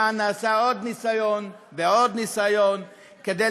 כאן נעשה עוד ניסיון ועוד ניסיון כדי